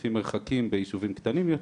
לפי מרחקים ביישובים קטנים יותר.